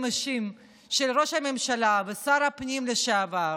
אישיים של ראש הממשלה ושר הפנים לשעבר,